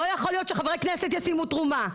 לא יכול להיות שחברי כנסת ישימו תרומה.